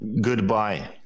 goodbye